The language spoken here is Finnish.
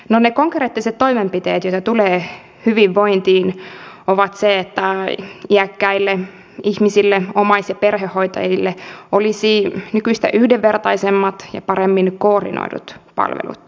konkreettinen toimenpide mitä tulee hyvinvointiin on se että iäkkäille ihmisille omais ja perhehoitajille olisi nykyistä yhdenvertaisemmat ja paremmin koordinoidut palvelut